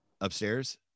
upstairs